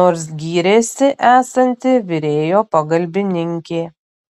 nors gyrėsi esanti virėjo pagalbininkė